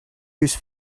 whose